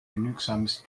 genügsames